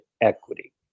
equity